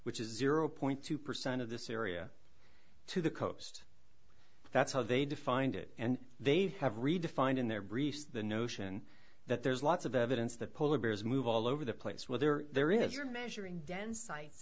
which is zero point two percent of the syria to the coast that's how they defined it and they have redefined in their briefs the notion that there's lots of evidence that polar bears move all over the place where there there is you're measuring dense sites